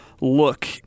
look